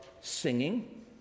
singing